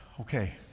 Okay